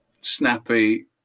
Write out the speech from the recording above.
snappy